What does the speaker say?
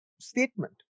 statement